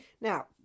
Now